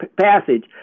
passage